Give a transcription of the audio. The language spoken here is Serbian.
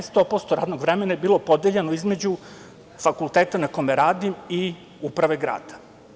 Naime, 100% radnog vremena je bilo podeljeno između fakulteta na kome radim i uprave grada.